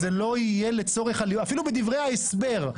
אפילו בדברי ההסבר,